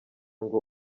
ngo